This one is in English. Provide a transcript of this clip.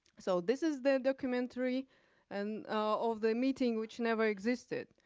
so this is the documentary and of the meeting, which never existed,